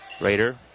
Raider